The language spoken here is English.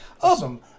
Awesome